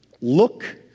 look